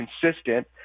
consistent